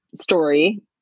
story